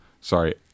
Sorry